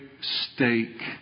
stake